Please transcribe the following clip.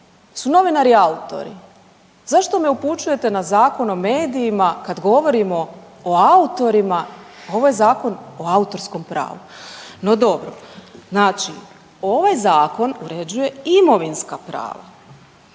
li novinari autori? Zašto me upućujete na Zakon o medijima kad govorimo o autorima. Pa ovo je Zakon o autorskom pravu. No dobro. Znači, ovaj zakon uređuje imovinska prava,